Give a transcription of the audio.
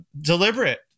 deliberate